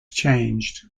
changed